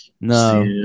No